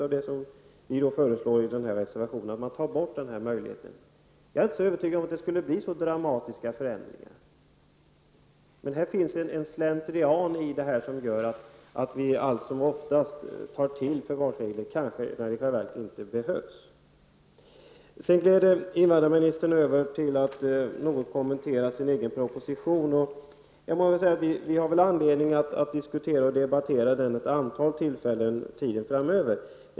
Vi föreslår i vår reservation att denna möjlighet skall tas bort. Jag är inte så övertygad om att förändringarna skulle bli särskilt dramatiska. Det har gått slentrian i att ta till förvarstaganderegler, även när det kanske inte behövs. Sedan gled invandrarministern över till att något kommentera sin egen proposition. Vi har anledning att diskutera den vid ett antal tillfällen framöver.